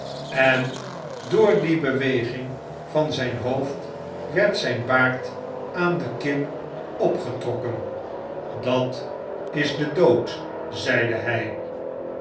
en door die beweging van zfln hoofd werd zjjn baard aan de kin opgetrokken dat is de dood zeide hg